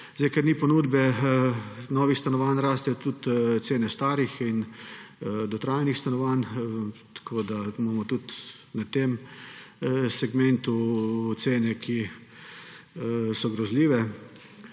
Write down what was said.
gre. Ker ni ponudbe novih stanovanj, rastejo tudi cene starih in dotrajanih stanovanj, tako da imamo tudi v tem segmentu cene, ki so grozljive.